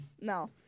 No